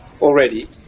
already